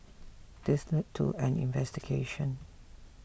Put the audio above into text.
this led to an investigation